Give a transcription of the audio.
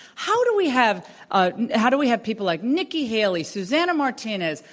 how do we have a how do we have people like nikki haley, susana martinez,